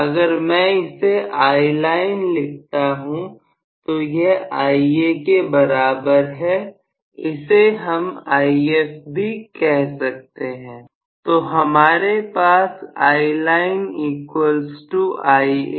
अगर मैं इसे Iline लिखता हूं तो यह Ia के बराबर है इसे हम If भी कह सकते हैं तो हमारे पास है